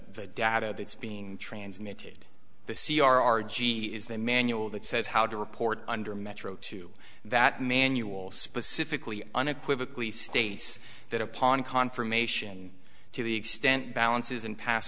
the data that's being transmitted the c r r g is the manual that says how to report under metro two that manual specifically unequivocally states that upon confirmation to the extent balances in pas